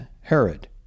Herod